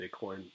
Bitcoin